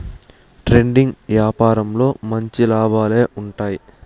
trading యాపారంలో మంచి లాభాలే ఉంటాయి